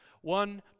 One